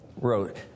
wrote